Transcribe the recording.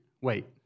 Wait